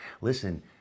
Listen